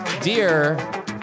dear